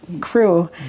crew